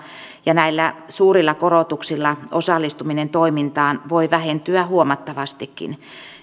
ja näillä suurilla korotuksilla osallistuminen toimintaan voi vähentyä huomattavastikin